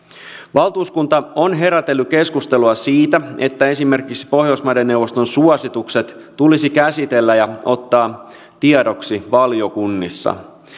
valtuuskunta on herätellyt keskustelua siitä että esimerkiksi pohjoismaiden neuvoston suositukset tulisi käsitellä ja ottaa tiedoksi valiokunnissa